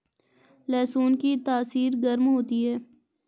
लहसुन की तासीर गर्म होती है